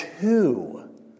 two